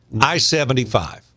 I-75